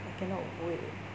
cannot wait